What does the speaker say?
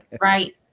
right